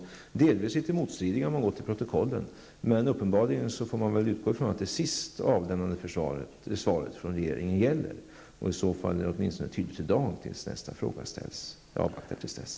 Svaren är delvis litet motstridiga -- det kan man se om man går till protokollen -- men uppenbarligen får man utgå från att det sist avlämnade svaret från regeringen gäller. I så fall är svaret åtminstone tydligt i dag, tills nästa fråga ställs. Jag avvaktar till dess.